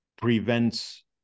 prevents